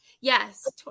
yes